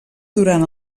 durant